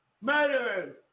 murderers